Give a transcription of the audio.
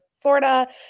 Florida